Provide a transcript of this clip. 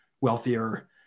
wealthier